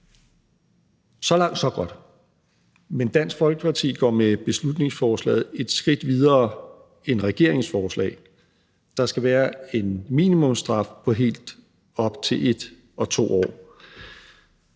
Så langt, så godt. Men Dansk Folkeparti går med beslutningsforslaget et skridt videre end regeringens forslag ved at sige, at der skal være en minimumsstraf på helt op til 1 og 2 år.